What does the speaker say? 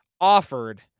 offered